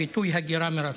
הביטוי "הגירה מרצון"